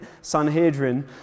Sanhedrin